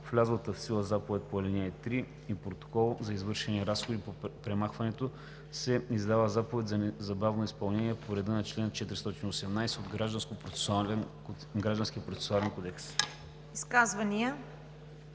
влязла в сила заповед по ал. 3 и протокол за извършени разходи по премахването се издава заповед за незабавно изпълнение по реда на чл. 418 от Гражданския процесуален кодекс.“